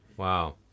Wow